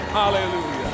hallelujah